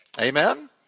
Amen